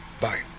Bye